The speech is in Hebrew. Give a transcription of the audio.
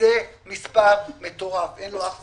זה מספר מטורף, אין לו אח ורע.